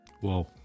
Wow